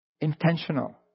intentional